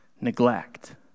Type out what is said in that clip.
neglect